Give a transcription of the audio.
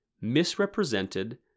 misrepresented